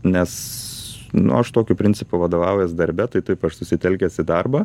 nes nu aš tokiu principu vadovaujuos darbe tai taip aš susitelkęs į darbą